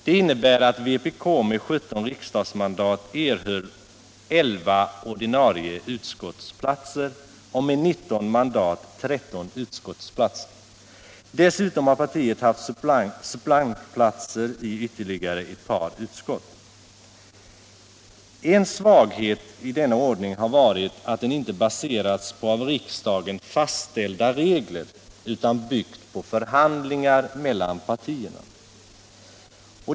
Detta innebär att vpk med 17 riksdagsmandat erhöll 11 ordinarie utskottsplatser och med 19 mandat 13 utskottsplatser. Dessutom har partiet haft suppleantplatser i ytterligare ett par utskott. En svaghet i denna ordning har varit att den inte baserats på av riksdagen fastställda regler utan byggt på förhandlingar mellan partierna.